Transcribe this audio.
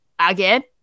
again